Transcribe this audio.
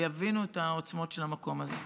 והם יבינו את העוצמות של המקום הזה.